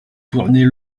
tourner